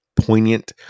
poignant